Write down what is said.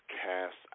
cast